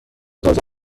تازه